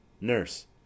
Nurse